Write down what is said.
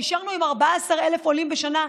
נשארנו עם 14,000 עולים בשנה.